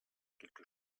quelque